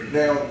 now